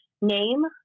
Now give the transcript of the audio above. name